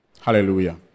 Hallelujah